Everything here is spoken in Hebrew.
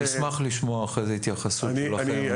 אני אשמח לשמוע אחרי זה התייחסות שלכם.